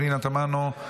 פנינה תמנו,